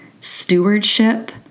Stewardship